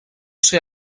ser